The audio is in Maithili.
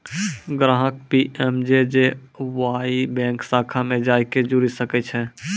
ग्राहक पी.एम.जे.जे.वाई से बैंक शाखा मे जाय के जुड़ि सकै छै